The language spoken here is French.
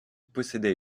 possédait